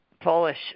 Polish